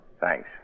Thanks